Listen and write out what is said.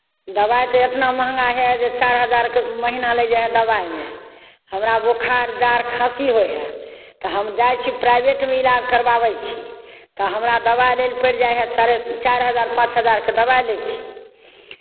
दबाइ तऽ इतना महंगा हइ जे चारि हजारके महीना लागि जाइ हइ दबाइमे हमरा बोखार जाड़ खाँसी होइ हइ तऽ हम जाइ छी प्राइभेटमे इलाज करवाबै छी तऽ हमरा दबाइ लेल पड़ि जाइ हइ साढ़े चारि हजार पाँच हजारके दबाइ लै छी